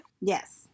Yes